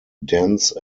dense